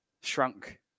shrunk